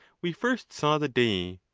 we first saw the day.